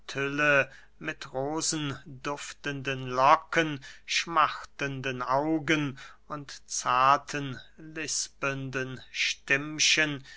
mit rosen duftenden locken schmachtenden augen und zarten lispelnden stimmchen